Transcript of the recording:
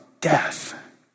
death